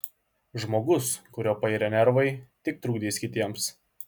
žmogus kurio pairę nervai tik trukdys kitiems